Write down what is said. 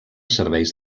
serveis